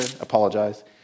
Apologize